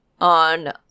on